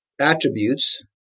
attributes